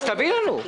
אז תביא לנו.